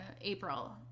April